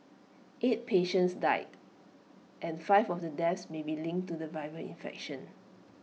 eight patients died and five of the deaths may be linked to the viral infection